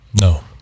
No